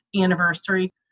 anniversary